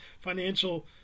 financial